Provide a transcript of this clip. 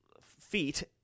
feet